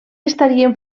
estarien